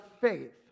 faith